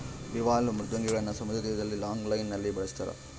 bivalve ಮೃದ್ವಂಗಿಗಳನ್ನು ಸಮುದ್ರ ತೀರದಲ್ಲಿ ಲಾಂಗ್ ಲೈನ್ ನಲ್ಲಿ ಬೆಳಸ್ತರ